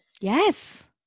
Yes